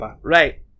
Right